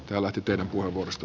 lähteä tälle tielle